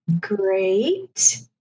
Great